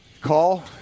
Call